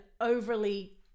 overly